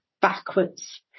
backwards